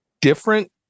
different